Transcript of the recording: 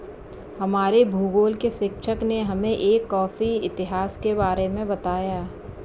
हमारे भूगोल के शिक्षक ने हमें एक कॉफी इतिहास के बारे में बताया